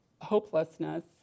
hopelessness